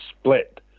split